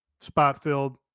spot-filled